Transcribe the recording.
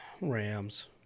Rams